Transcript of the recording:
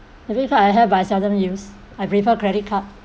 debit card I have but I seldom use I prefer credit card